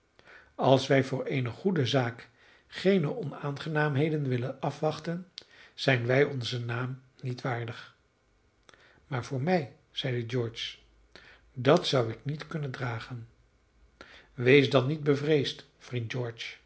als wij voor eene goede zaak geene onaangenaamheden willen afwachten zijn wij onzen naam niet waardig maar voor mij zeide george dat zou ik niet kunnen dragen wees dan niet bevreesd